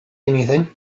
anything